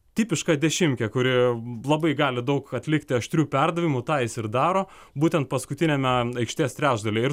tipiška dešimkė kuri labai gali daug atlikti aštrių perdavimų tą jis ir daro būtent paskutiniame aikštės trečdalyje ir